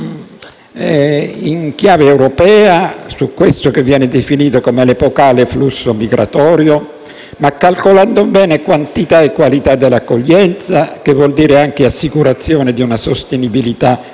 in chiave europea, su quello che viene definito un epocale flusso migratorio, ma calcolando bene quantità e qualità dell'accoglienza, che vuol dire anche assicurazione di una sostenibilità finanziaria,